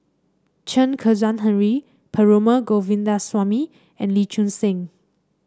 Chen Kezhan Henri Perumal Govindaswamy and Lee Choon Seng